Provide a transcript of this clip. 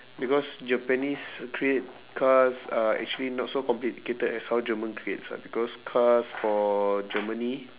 because japanese create cars are actually not so complicated as how german creates ah because cars for germany